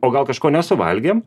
o gal kažko nesuvalgėm